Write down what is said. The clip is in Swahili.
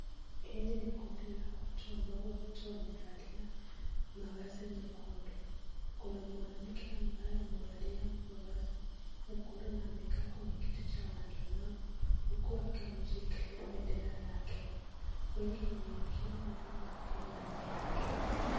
Hili ni kikundi la watu ambao wote wamevalia mavazi nyekundu. Kuna mwanamke ambaye amevalia mavazi nyekundu na amekaa kwenye kiti cha walemavu huku akiwa ameshikilia bendera la Kenya. Wengi wengine wao wakiwa nyuma yake.